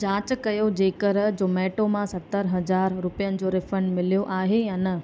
जाच कयो जेकर जोमेटो मां सतरि हज़ार रुपयनि जो रीफंड मिलियो आहे या न